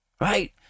right